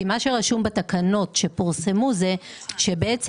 כי מה שרשום בתקנות שפורסמו זה שהדיווח